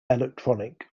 electronic